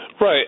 Right